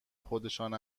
خودشان